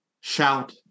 Shout